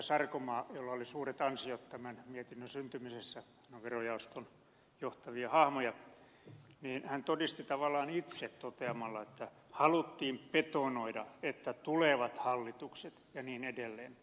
sarkomaa jolla oli suuret ansiot tämän mietinnön syntymisessä hän on verojaoston johtavia hahmoja todisti tavallaan itse toteamalla että haluttiin betonoida että tulevat hallitukset ja niin edelleen